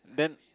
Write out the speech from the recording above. then